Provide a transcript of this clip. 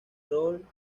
rol